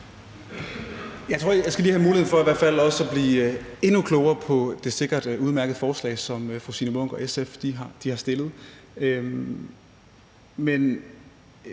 jeg skal have en mulighed for at blive endnu klogere på det sikkert udmærkede forslag, som fru Signe Munk og SF har stillet.